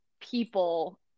people